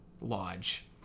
lodge